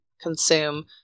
consume